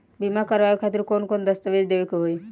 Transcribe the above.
बीमा करवाए खातिर कौन कौन दस्तावेज़ देवे के होई?